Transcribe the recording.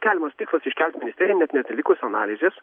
keliamas tikslas iškelt ministeriją net neatlikus analizės